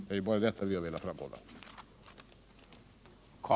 Det är bara detta vi har velat framhålla.